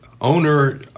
owner